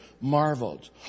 marveled